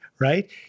right